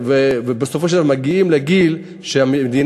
ובסופו של דבר הם מגיעים לגיל שהמדינה,